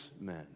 men